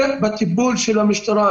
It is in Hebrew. זה בטיפול של המשטרה.